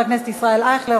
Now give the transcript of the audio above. חבר הכנסת ישראל אייכלר,